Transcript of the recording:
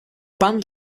band